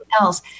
else